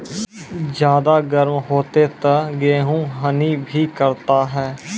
ज्यादा गर्म होते ता गेहूँ हनी भी करता है?